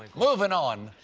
moving on,